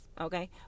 Okay